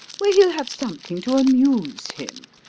where he'll have something to amuse him,